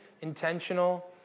intentional